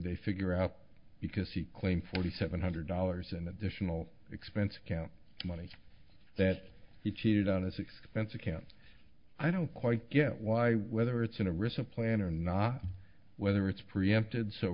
they figure out because he claimed for the seven hundred dollars an additional expense account money that he cheated on his expense account i don't quite get why whether it's in a recent plan or not whether it's preempted so